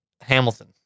Hamilton